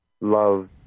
love